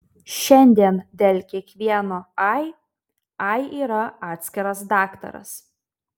šiandien dėl kiekvieno ai ai yra atskiras daktaras